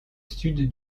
sud